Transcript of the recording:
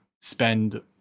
spend